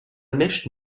mèche